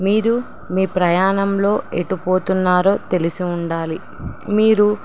మీరు మీ ప్రయాణంలో ఎటు పోతున్నారో తెలిసి ఉండాలి మీరు